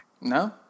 No